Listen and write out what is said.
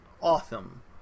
awesome